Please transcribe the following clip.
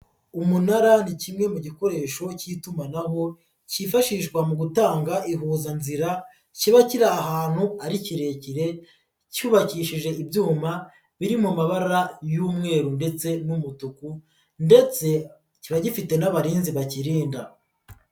Umunara ni kimwe mu gikoresho cy'itumanaho, cyifashishwa mu gutanga ihuzanzira, kiba kiri ahantu ari kirekire, cyubakishije ibyuma biri mu mabara y'umweru ndetse n'umutuku ndetse kikaba gifite n'abarinzi bakirinda.